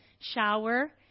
shower